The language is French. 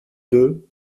deux